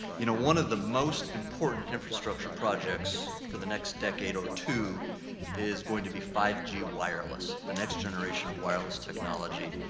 you know, one of the most important infrastructure projects for the next decade or two is going to be five g wireless, the next generation of wireless technology.